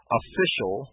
official